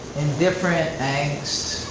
indifferent, angst,